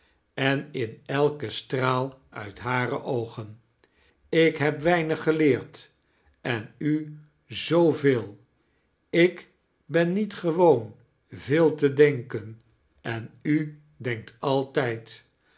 en in elken straal uit hare oogen ik heb weinig geleerd en u zooveel ik ben niet gewoon veel te denken en u denkt altijd